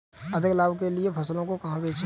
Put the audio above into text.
अधिक लाभ के लिए फसलों को कहाँ बेचें?